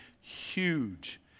huge